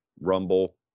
rumble